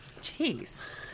Jeez